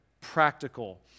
practical